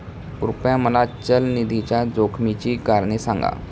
कृपया मला चल निधीच्या जोखमीची कारणे सांगा